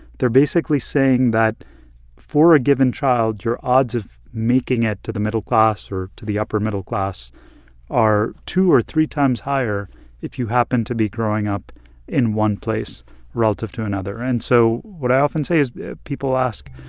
they're basically saying that for a given child, your odds of making it to the middle class or to the upper-middle class are two or three times higher if you happen to be growing up in one place relative to another. and so what i often say is people ask,